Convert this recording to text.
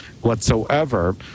whatsoever